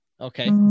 Okay